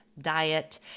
diet